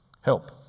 Help